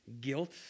guilt